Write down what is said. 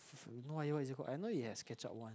what is it called I know it has ketchup one